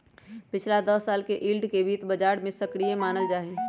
पिछला दस साल से यील्ड के वित्त बाजार में सक्रिय मानल जाहई